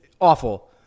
awful